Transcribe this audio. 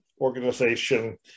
organization